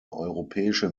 europäische